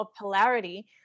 polarity